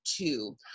two